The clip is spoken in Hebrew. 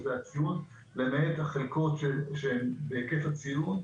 למעט החלקות שהן קטע ציון,